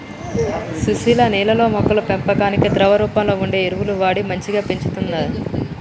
సుశీల నీళ్లల్లో మొక్కల పెంపకానికి ద్రవ రూపంలో వుండే ఎరువులు వాడి మంచిగ పెంచుతంది